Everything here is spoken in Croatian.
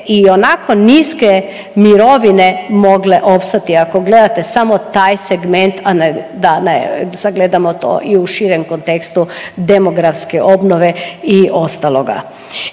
ionako niske mirovine mogle opstati ako gledate samo taj segment, a ne da ne sagledamo to i u širem kontekstu demografske obnove i ostaloga.